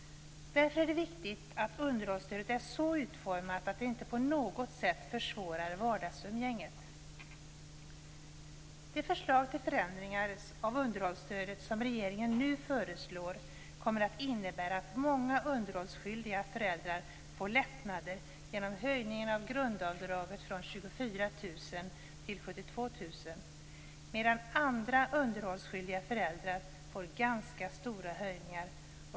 Därför är det viktigt att underhållsstödet är så utformat att det inte på något sätt försvårar vardagsumgänget. De förslag till förändringar av underhållsstödet som regeringen nu föreslår kommer att innebära att många underhållsskyldiga föräldrar får lättnader genom höjningen av grundavdraget från 24 000 kr till 72 000 kr medan andra underhållsskyldiga föräldrar får ganska stora höjningar.